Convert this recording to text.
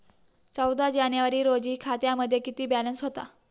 चौदा जानेवारी रोजी खात्यामध्ये किती बॅलन्स होता?